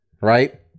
right